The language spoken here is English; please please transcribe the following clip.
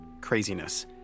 craziness